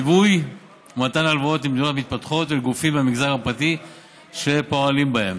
ליווי ומתן הלוואות למדינות המתפתחות ולגופים מהמגזר הפרטי שפועלים בהן.